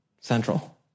central